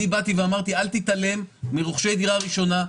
אמרתי שלא צריך להתעלם מרוכשי דירה ראשונה,